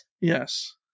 Yes